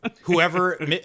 whoever